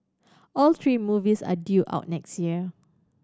all three movies are due out next year